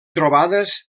trobades